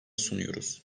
sunuyoruz